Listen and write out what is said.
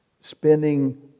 spending